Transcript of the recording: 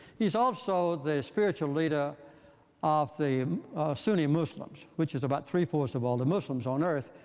he's also the spiritual leader of the um sunni muslims, which is about three four of all the muslims on earth.